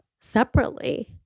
separately